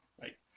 right